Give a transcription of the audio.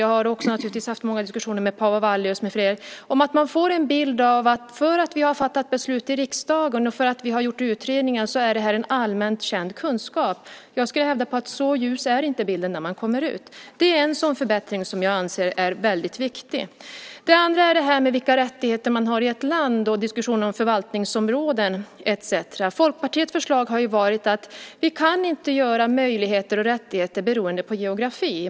Jag har naturligtvis också haft många diskussioner med Paavo Vallius och andra om att det ges en bild av att eftersom vi fattat beslut i riksdagen och gjort utredningar detta därmed också är en allmänt känd kunskap. Jag skulle vilja hävda att bilden inte är så ljus när man kommer ut i samhället. En förbättring av den situationen anser jag är mycket viktig. Det andra gäller vilka rättigheter man har i ett land, diskussionen om förvaltningsområden etcetera. Folkpartiets förslag har varit att vi inte kan göra möjligheter och rättigheter beroende av geografin.